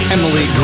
Emily